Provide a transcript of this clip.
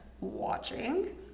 Watching